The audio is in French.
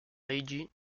meiji